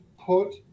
put